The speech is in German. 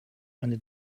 eine